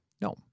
No